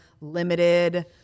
limited